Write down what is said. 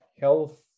health